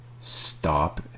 stop